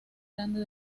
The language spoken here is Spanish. grande